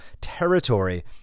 territory